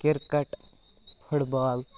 cricket foot ball